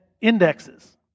indexes